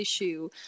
issue